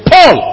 Paul